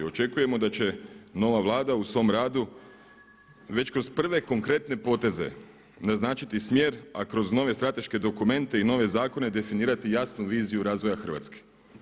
Očekujemo da će nova Vlada u svom radu već kroz prve konkretne poteze naznačiti smjer a kroz nove strateške dokumente i nove zakone definirati jasnu viziju razvoja Hrvatske.